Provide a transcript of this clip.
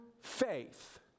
faith